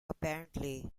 apparently